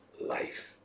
life